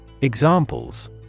Examples